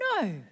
No